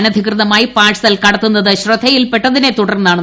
അനധികൃതമായി പാഴ്സൽ കടത്തുന്നത് ശ്രദ്ധയിൽപെട്ടതിനെ തുടർന്നാണ് നടപടി